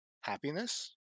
happiness